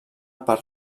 per